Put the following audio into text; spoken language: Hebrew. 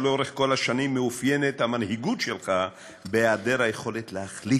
שלאורך כל השנים מאופיינת המנהיגות שלך בהיעדר היכולת להחליט.